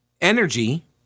energy